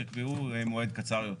יקבעו מועד קצר יותר.